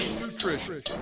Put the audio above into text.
nutrition